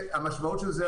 המשמעות של זה,